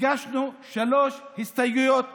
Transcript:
הגשנו שלוש הסתייגות בלבד: